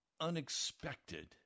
unexpected